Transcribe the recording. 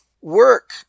work